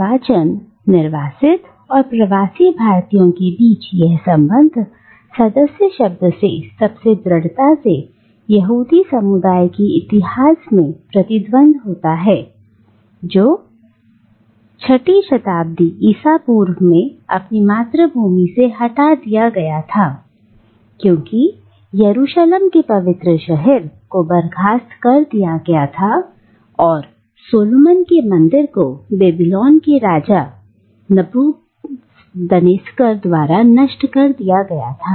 निर्वाचन निर्वासित और प्रवासी भारतीयों के बीच यह संबंध सदस्य शब्द से सबसे दृढ़ता से यहूदी समुदाय के इतिहास में प्रति दांत होता है जो 6 वी शताब्दी ईसा पूर्व पूर्व में अपनी मातृभूमि से हटा दिया गया था क्योंकि यरूशलम के पवित्र शहर को बर्खास्त कर दिया गया था और सोलोमन के मंदिर को बेबीलोन के राजा नबूकदनेस्सर द्वारा नष्ट कर दिया गया था